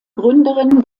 gründerin